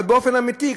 אבל באופן אמיתי,